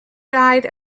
died